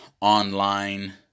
online